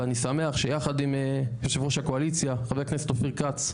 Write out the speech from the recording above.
ואני שמח שביחד עם יו"ר הקואליציה חבר הכנסת אופיר כץ,